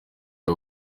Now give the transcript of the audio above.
cya